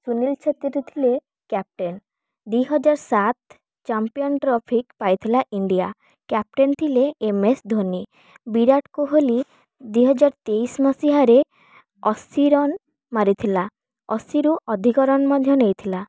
ସୁନିଲ ଛେତ୍ରୀ ଥିଲେ କାପ୍ଟେନ୍ ଦୁଇହଜାର ସାତ ଚାମ୍ପିଅନ୍ ଟ୍ରଫି ପାଇଥିଲା ଇଣ୍ଡିଆ କାପ୍ଟେନ୍ ଥିଲେ ଏମ୍ ଏସ୍ ଧୋନି ବିରାଟ କୋହଲି ଦୁଇହଜାର ତେଇଶ ମସିହାରେ ଅଶି ରନ୍ ମାରିଥିଲା ଅଶିରୁ ଅଧିକ ରନ୍ ମଧ୍ୟ ନେଇଥିଲା